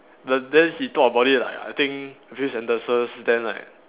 then then he talk about it like I think a few sentences then like